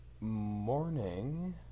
morning